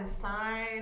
sign